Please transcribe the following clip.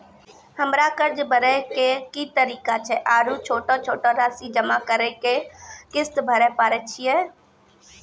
हमरा कर्ज भरे के की तरीका छै आरू छोटो छोटो रासि जमा करि के किस्त भरे पारे छियै?